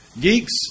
geeks